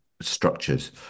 structures